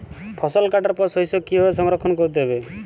ফসল কাটার পর শস্য কীভাবে সংরক্ষণ করতে হবে?